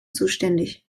zuständig